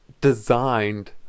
designed